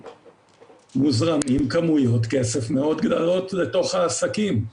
שמוזרמות כמויות כסף גדולים מאוד לתוך העסקים.